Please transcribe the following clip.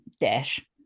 dash